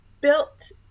built